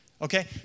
Okay